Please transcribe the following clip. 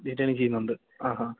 ചെയ്യുന്നുണ്ട് ആ ഹാ